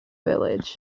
village